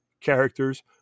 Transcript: characters